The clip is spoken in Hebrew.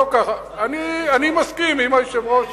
אני מסכים, אם היושב-ראש,